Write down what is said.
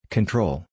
Control